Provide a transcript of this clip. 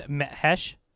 Hesh